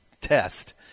test